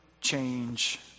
change